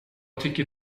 tycker